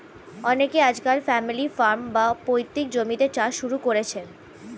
অনেকে আজকাল family farm, বা পৈতৃক জমিতে চাষ শুরু করেছেন